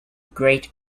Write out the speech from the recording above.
great